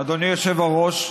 אדוני היושב-ראש,